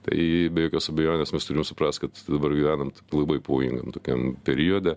tai be jokios abejonės mes turim suprast kad dabar gyvenam taip labai pavojingam tokiam periode